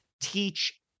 teach